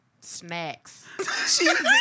Snacks